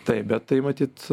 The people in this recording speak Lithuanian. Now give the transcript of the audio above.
taip bet tai matyt